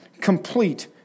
complete